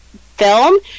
film